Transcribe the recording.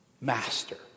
Master